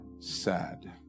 sad